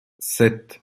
sept